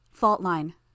Faultline